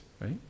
right